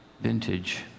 vintage